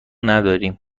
نداریم